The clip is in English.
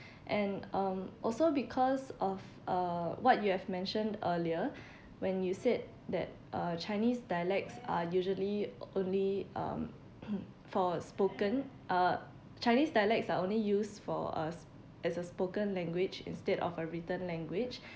and um also because of uh what you have mentioned earlier when you said that uh chinese dialects are usually only um for spoken uh chinese dialects are only used for us as a spoken language instead of a written language